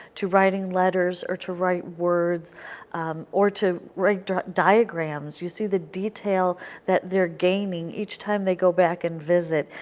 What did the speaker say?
to writing letters or to write words or to write diagrams. you see the detail that they are gaining each time they go back and visit,